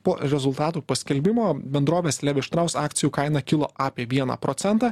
po rezultatų paskelbimo bendrovės levi štraus akcijų kaina kilo apie vieną procentą